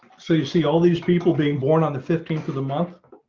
so you see all these people being born on the fifteenth of the month.